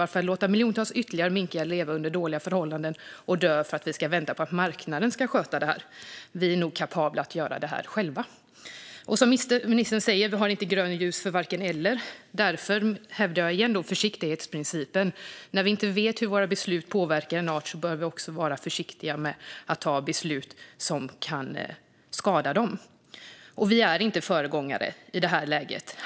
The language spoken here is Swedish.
Varför låta miljontals ytterligare minkar leva under dåliga förhållanden och dö för att vi ska vänta på att marknaden ska sköta det här? Vi är nog kapabla att göra detta själva. Som ministern säger har vi inte grönt ljus för vare sig det ena eller det andra. Därför hävdar jag återigen försiktighetsprincipen. När vi inte vet hur våra beslut påverkar en art bör vi vara försiktiga med att ta beslut som kan skada den. Vi är inte föregångare i detta läge.